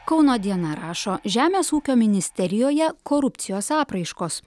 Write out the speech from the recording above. kauno diena rašo žemės ūkio ministerijoje korupcijos apraiškos